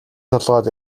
толгойд